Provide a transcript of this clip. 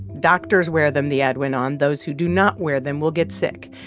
doctors wear them, the ad went on. those who do not wear them will get sick.